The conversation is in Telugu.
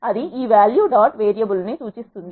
అది ఈ వ్యాల్యూ డాట్ వేరియబుల్ సూచిస్తుంది